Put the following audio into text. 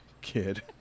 kid